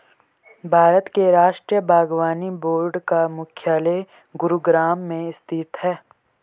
भारत के राष्ट्रीय बागवानी बोर्ड का मुख्यालय गुरुग्राम में स्थित है